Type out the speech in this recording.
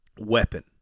Weapon